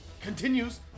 Continues